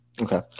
Okay